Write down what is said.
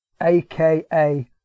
aka